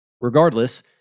Regardless